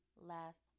last